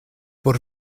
por